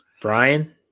Brian